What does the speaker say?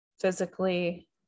physically